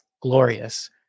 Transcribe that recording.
glorious